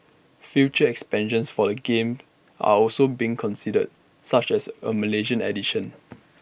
future expansions for the game are also being considered such as A Malaysian edition